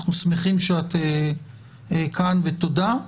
אנחנו שמחים שאת כאן ותודה,